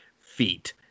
feet